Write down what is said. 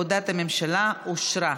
הודעת הממשלה אושרה.